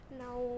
now